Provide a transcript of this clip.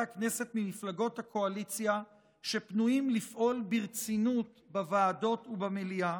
הכנסת ממפלגות הקואליציה שפנויים לפעול ברצינות בוועדות ובמליאה,